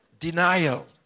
denial